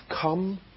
come